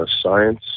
science